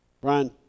Brian